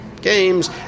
games